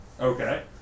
okay